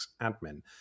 Admin